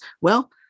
well-